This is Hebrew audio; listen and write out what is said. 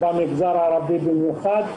במגזר הערבי במיוחד: